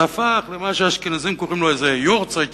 זה הפך למה שהאשכנזים קוראים לו יארצייט,